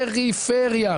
משמעותיות בפריפריה.